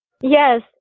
Yes